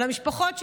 על המשפחות שלהם,